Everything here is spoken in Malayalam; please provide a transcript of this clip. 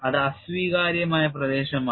അത് അസ്വീകാര്യമായ പ്രദേശമാണ്